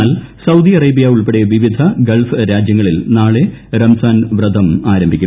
എന്നാൽ Saudi Arabia ഉൾപ്പെടെ വിവിധ ഗൾഫ് രാജ്യങ്ങളിൽ നാളെ റംസാൻ പ്രതം ആരംഭിക്കും